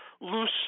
loose